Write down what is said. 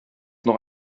noch